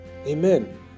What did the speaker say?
Amen